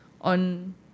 on